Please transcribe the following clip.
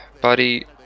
Buddy